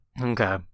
Okay